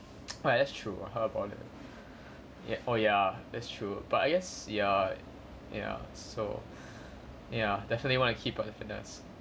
well that's true I heard about it ya oh ya that's true but I guess ya ya so ya definitely want to keep up the fitness